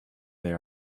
they